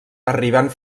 arribant